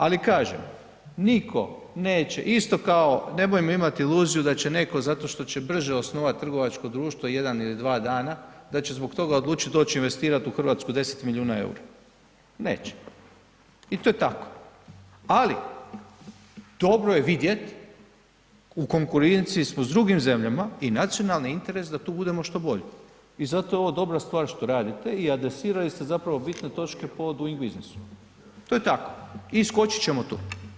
Ali kažem nitko neće isto kao nemojmo imati iluziju da će netko zato što će brže osnovati trgovačko društvo jedan ili dva dana, da će zbog toga odlučit doći investirat u Hrvatsku 10 miliona EUR-a, neće i to je tako, ali dobro je vidjet, u konkurenciji smo s drugim zemljama i nacionalni interes je da tu budemo što bolji i zato je ovo dobra stvar što radite i adresirali ste zapravo bitne točke po Doing Businessu, to je tako i skočit ćemo tu.